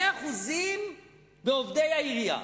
2% מעובדי העירייה,